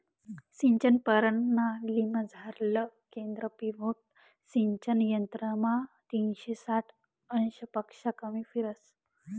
सिंचन परणालीमझारलं केंद्र पिव्होट सिंचन यंत्रमा तीनशे साठ अंशपक्शा कमी फिरस